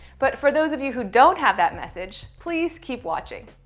but for those of you who don't have that message please keep watching.